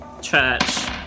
church